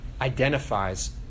identifies